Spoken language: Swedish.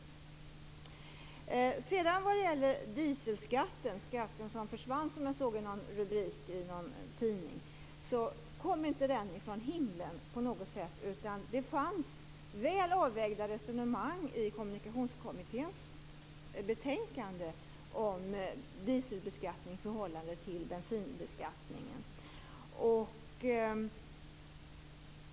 Vad sedan gäller dieselskatten - "skatten som försvann", som jag sett i en rubrik i en tidning - vill jag säga att den inte på något sätt kom från himlen. Det fanns i Kommunikationskommitténs betänkande väl avvägda resonemang om dieselbeskattningens förhållande till bensinbeskattningen.